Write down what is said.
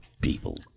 people